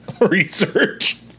research